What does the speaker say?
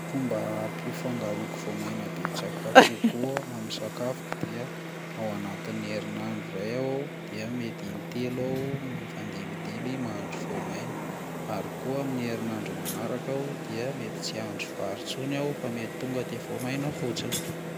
Fomba hampifangaroako voamaina betsaka kokoa amin'ny sakafoko dia anatin'ny herinandro iray aho dia mety intelo aho mifandimbindimby mahandro voamaina ary koa amin'ny herinandro manaraka aho dia mety tsy hahandro vary intsony aho fa mety tonga de voamaina fotsiny.